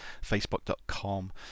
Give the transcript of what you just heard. facebook.com